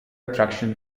attraction